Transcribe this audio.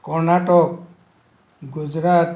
Karnataka Gujarat